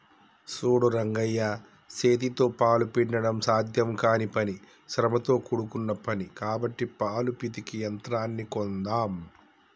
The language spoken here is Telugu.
సూడు రంగయ్య సేతితో పాలు పిండడం సాధ్యం కానీ పని శ్రమతో కూడుకున్న పని కాబట్టి పాలు పితికే యంత్రాన్ని కొందామ్